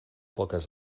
poques